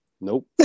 Nope